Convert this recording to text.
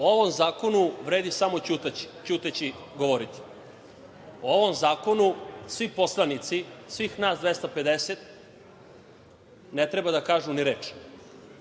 O ovom zakonu vredi samo ćuteći govoriti, o ovom zakonu svi poslanici, svih 250 ne treba da kažu ni